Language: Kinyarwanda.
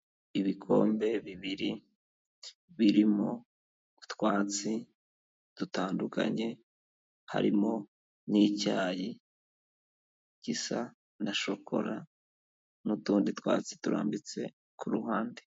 Ibikombe bibiri birimo utwatsi dutandukanye, harimo n'icyayi gisa na shokora n'utundi twatsi turambitse ku ruhande.